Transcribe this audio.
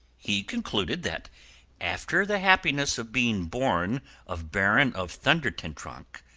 he concluded that after the happiness of being born of baron of thunder-ten-tronckh,